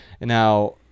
Now